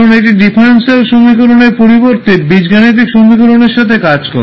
কারণ এটি ডিফারেনশিয়াল সমীকরণের পরিবর্তে বীজগাণিতিক সমীকরণের সাথে কাজ করে